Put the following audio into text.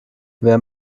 wer